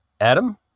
Adam